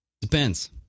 Depends